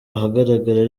ahagaragara